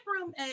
room